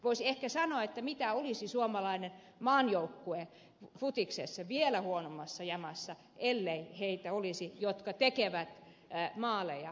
voisi ehkä kysyä mitä olisi suomalainen maajoukkue futiksessa olisiko vielä huonommassa jamassa ellei heitä olisi jotka tekevät maaleja